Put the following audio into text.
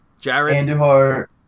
Jared